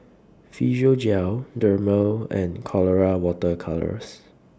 Physiogel Dermale and Colora Water Colours